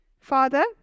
Father